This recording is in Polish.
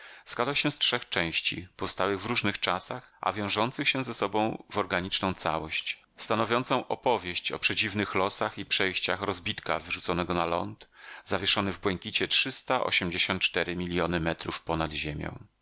składał się z trzech części powstałych w różnych czasach a wiążących się ze sobą w organiczną całość stanowiącą opowieść o przedziwnych losach i przejściach rozbitka wyrzuconego na ląd zawieszony w błękicie trzysta ośmdziesiąt cztery miljony metrów ponad ziemią